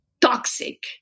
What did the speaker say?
toxic